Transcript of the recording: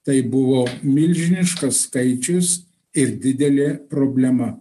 tai buvo milžiniškas skaičius ir didelė problema